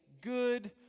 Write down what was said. good